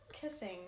kissing